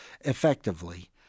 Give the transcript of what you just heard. effectively